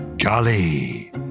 Golly